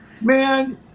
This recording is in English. man